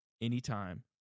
anytime